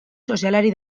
sozialari